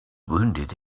wounded